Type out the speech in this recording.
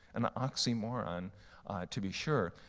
an oxymoron to be sure.